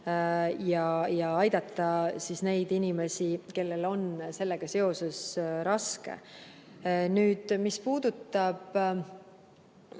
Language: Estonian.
ja aidata neid inimesi, kellel on sellega seoses raske. Mis puudutab